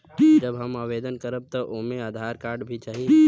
जब हम आवेदन करब त ओमे आधार कार्ड भी चाही?